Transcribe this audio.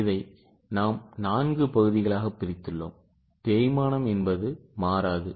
இதை நாம் நான்கு பகுதிகளாக பிரித்துள்ளோம் தேய்மானம் என்பது மாறாது